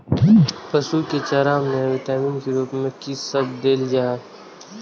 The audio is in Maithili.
पशु के चारा में विटामिन के रूप में कि सब देल जा?